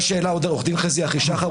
מה שעוד העלה עורך הדין חזי אחישחר,